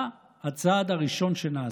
מה הצעד הראשון שנעשה?